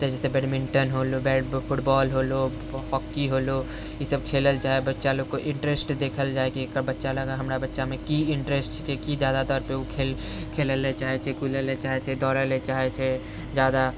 तऽ जैसे बैडमिन्टन होलो फुटबॉल होलो हॉकी होलो इसब खेलै लए चाहैय बच्चा लोकके इन्टरेस्ट देखल जाइ कि एकर बच्चा लग हमर बच्चामे की इन्टरेस्ट छियै कि जादातर ओ खेल खेलै लए चाहे छै कुदै लए चाहे छै दौड़ै लए चाहे छै जादा